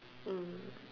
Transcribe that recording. mm